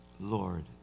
Lord